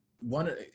one